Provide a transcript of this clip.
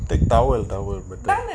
take towel towel towel